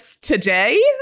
today